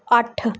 ਅੱਠ